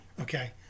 Okay